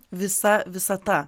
visa visata